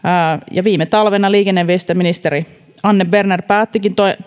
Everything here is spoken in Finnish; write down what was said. viime talvena liikenne ja viestintäministeri anne berner päättikin